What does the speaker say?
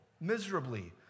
miserably